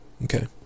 Okay